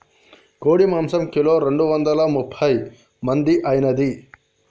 కోడి మాంసం కిలో రెండు వందల ముప్పై మంది ఐనాది